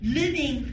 living